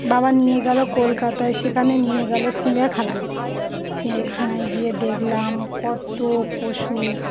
বাবা নিয়ে গেলো কলকাতায় সেখানে নিয়ে গেলো চিড়িয়াখানায় চিড়িয়াখানায় গিয়ে দেখলাম কত পশু